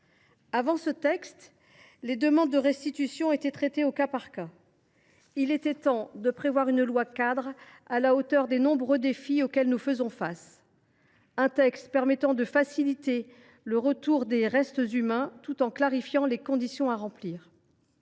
Avant ce texte, les demandes de restitution étaient traitées au cas par cas. Il était temps de prévoir une loi cadre à la hauteur des nombreux défis auxquels nous faisons face, un texte permettant de faciliter les retours des restes humains, tout en clarifiant les conditions à remplir.